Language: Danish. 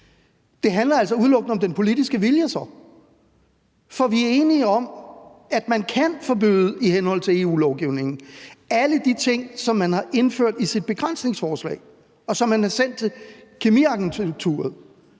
handler om den politiske vilje. For vi er enige om, at man i henhold til EU-lovgivningen kan forbyde alle de ting, som man har indført i sit begrænsningsforslag, og som man har sendt til EU's kemikalieagentur.